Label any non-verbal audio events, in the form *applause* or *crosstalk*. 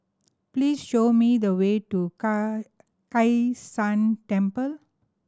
please show me the way to *unintelligible* Kai San Temple